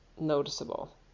noticeable